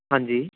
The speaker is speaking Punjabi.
ਹਾਂਜੀ